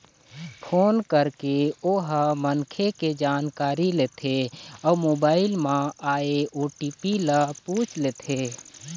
phone करके ओ ह मनखे के जानकारी लेथे अउ मोबाईल म आए ओ.टी.पी ल पूछ लेथे